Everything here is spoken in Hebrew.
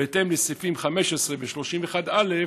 בהתאם לסעיפים 15 ו-31(א)